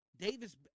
Davis